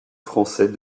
français